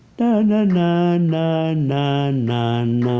na na na na na na na